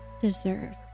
deserve